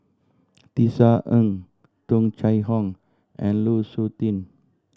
Tisa Ng Tung Chye Hong and Lu Suitin